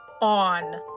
on